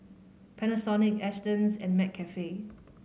Panasonic Astons and McCafe